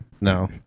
No